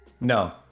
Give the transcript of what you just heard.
no